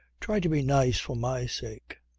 try to be nice for my sake.